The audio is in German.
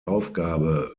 aufgabe